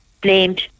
blamed